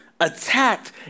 attacked